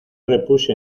repuse